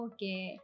Okay